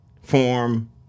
form